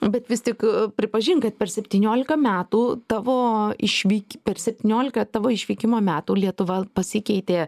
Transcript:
bet vis tik pripažink kad per septyniolika metų tavo išvyki per septyniolika tavo išvykimo metų lietuva pasikeitė